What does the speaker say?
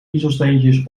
kiezelsteentjes